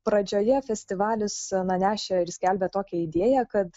pradžioje festivalis na nešė ir skelbė tokią idėją kad